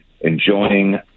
enjoying